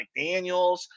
McDaniels